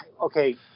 okay